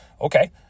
okay